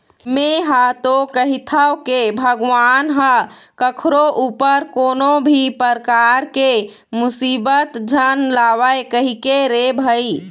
में हा तो कहिथव के भगवान ह कखरो ऊपर कोनो भी परकार के मुसीबत झन लावय कहिके रे भई